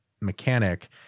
mechanic